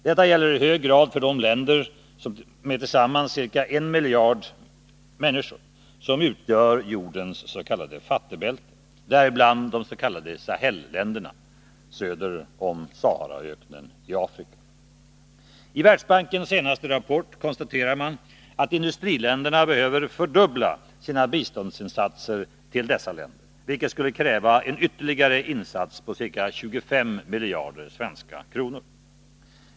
Detta gäller i hög grad för de länder med tillsammans ca en miljard människor som utgör jordens fattigbälte, däribland de s.k. Sahelländerna söder om Saharaöknen i Afrika. I Världsbankens senaste rapport konstaterar man att industriländerna behöver fördubbla sina biståndsinsatser till dessa länder, vilket skulle kräva en ytterligare insats på ca 25 miljarder kronor.